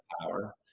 power